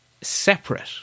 separate